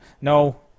No